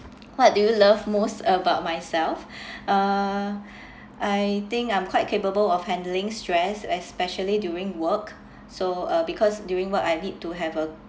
what do you love most about myself uh I think I'm quite capable of handling stress especially during work so uh because during work I need to have a